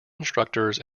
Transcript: instructors